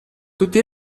tutti